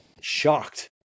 shocked